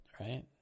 right